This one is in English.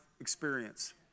experience